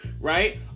right